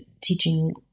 teaching